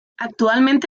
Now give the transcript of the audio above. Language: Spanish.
actualmente